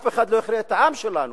אף אחד לא הכריע את העם שלנו